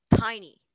tiny